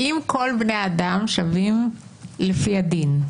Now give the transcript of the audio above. אם כל בני האדם שווים לפי הדין,